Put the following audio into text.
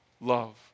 love